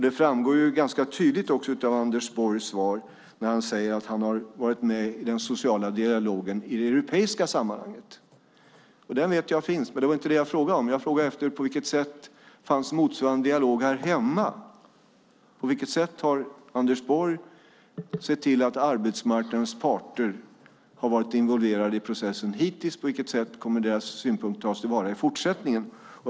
Det framgår ganska tydligt också av Anders Borgs svar när han säger att han har varit med i den sociala dialogen i det europeiska sammanhanget. Jag vet att den finns, men det var inte det jag frågade om. Jag frågade om på vilket sätt motsvarande dialog fanns här hemma. På vilket sätt har Anders Borg sett till att arbetsmarknadens parter har varit involverade i processen hittills, och på vilket sätt kommer deras synpunkter att tas till vara i fortsättningen?